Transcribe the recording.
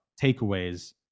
takeaways